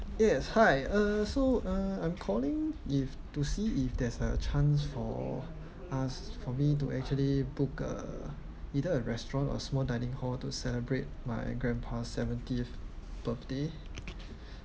yes hi uh so uh I'm calling if to see if there's a chance for us for me to actually book a either a restaurant or small dining hall to celebrate my grandpa's seventieth birthday